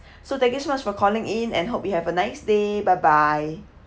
so thank you so much for calling in and hope you have a nice day bye bye